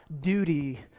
duty